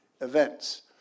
events